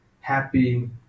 happy